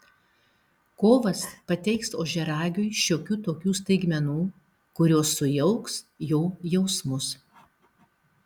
kovas pateiks ožiaragiui šiokių tokių staigmenų kurios sujauks jo jausmus